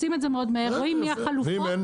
עושים את זה מאוד מהר רואים מי החלופות -- ואם אין?